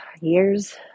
years